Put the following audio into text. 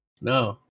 No